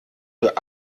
für